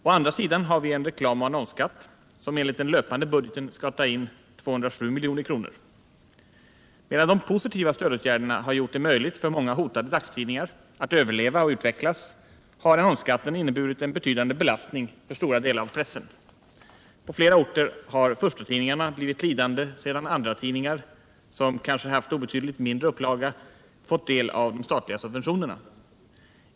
Å andra sidan har vi en reklamoch annonsskatt som enligt den löpande budgeten skall ta in 207 milj.kr. Medan de positiva stödåtgärderna har gjort det möjligt för många hotade dagstidningar att överleva och utvecklas, har annonsskatten inneburit en betydande belastning för stora delar av pressen. På flera orter har förstatidningarna blivit lidande, när andra tidningar - som kanske har haft obetydligt mindre upplaga — fått del av de statliga subventionerna.